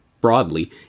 broadly